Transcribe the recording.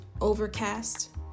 Overcast